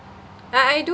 ah I do